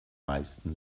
meisten